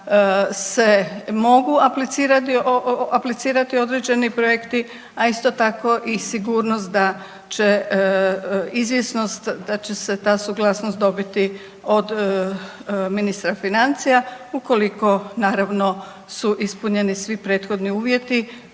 se mogu aplicirati određeni projekti, a isto tako i sigurnost da će izvjesnost da će se ta suglasnost dobiti od ministra financija ukoliko naravno su ispunjeni svi prethodni uvjeti